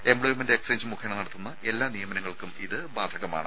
employment exchange മുഖേന നടത്തുന്ന എല്ലാ നിയമനങ്ങൾക്കും ഇത് ബാധകമാണ്